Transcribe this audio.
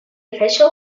official